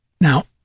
Now